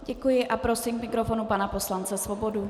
Děkuji a prosím k mikrofonu pana poslance Svobodu.